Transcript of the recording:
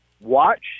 watch